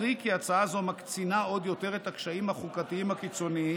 ברי כי הצעה זו מקצינה עוד יותר את הקשיים החוקתיים הקיצוניים